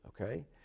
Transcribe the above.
Okay